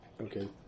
Okay